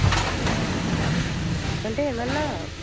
okay అంటే ఏమన్నా